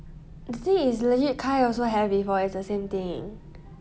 I think is legit kai also have before is the same thing